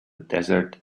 desert